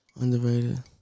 Underrated